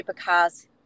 supercars